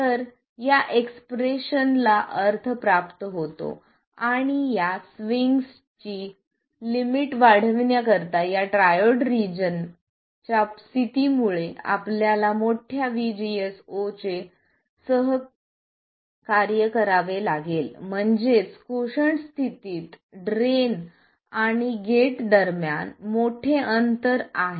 तर या एक्सप्रेशन ला अर्थ प्राप्त होतो आणि या स्विंगची लिमिट वाढविण्याकरिता या ट्रायोड रिजन च्या स्थितीमुळे आपल्याला मोठ्या VDG0 सह कार्य करावे लागेल म्हणजे कोशंट स्थितीत ड्रेन आणि गेट दरम्यान मोठे अंतर आहे